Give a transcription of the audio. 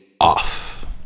off